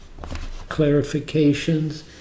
clarifications